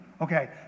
Okay